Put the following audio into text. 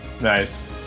nice